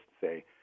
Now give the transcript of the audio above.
say